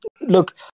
look